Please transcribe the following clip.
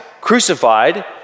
crucified